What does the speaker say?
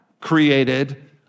created